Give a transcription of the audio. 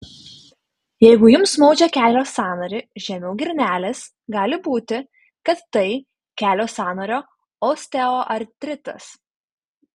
jeigu jums maudžia kelio sąnarį žemiau girnelės gali būti kad tai kelio sąnario osteoartritas